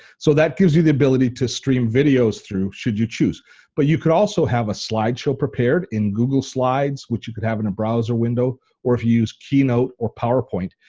so that gives you the ability to stream videos through should you choose but you could also have a slide show prepared in google slides, which you could have in a browser window or if you use keynote or powerpoint,